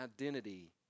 identity